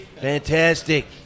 Fantastic